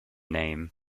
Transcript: name